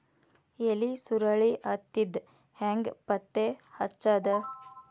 ಎಲಿ ಸುರಳಿ ಸುತ್ತಿದ್ ಹೆಂಗ್ ಪತ್ತೆ ಹಚ್ಚದ?